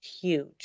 huge